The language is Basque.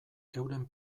euren